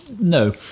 No